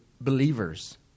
believers